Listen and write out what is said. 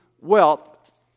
wealth